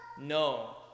No